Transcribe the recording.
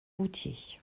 routiers